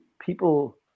people